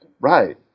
right